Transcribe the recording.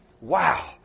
Wow